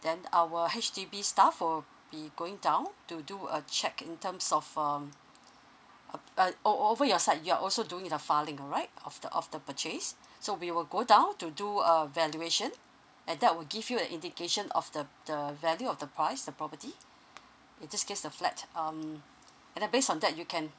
then our H_D_B staff will be going down to do a check in terms of um uh o~ o~ over your side you're also doing with the filing alright of the of the purchase so we will go down to do a valuation and that will give you an indication of the the value of the price the property in this case the flat um and then based on that you can